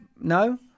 no